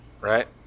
right